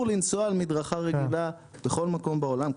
לנסוע על מדרכה רגילה בכל מקום בעולם,